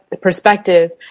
perspective